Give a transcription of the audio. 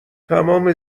تمام